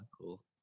Cool